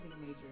major